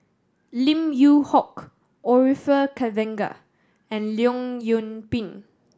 Lim Yew Hock Orfeur Cavenagh and Leong Yoon Pin